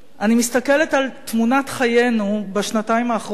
אני מסתכלת על תמונת חיינו בשנתיים האחרונות,